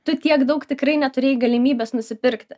tu tiek daug tikrai neturėjai galimybės nusipirkti